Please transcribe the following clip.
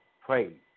pray